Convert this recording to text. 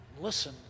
listen